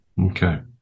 Okay